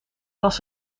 was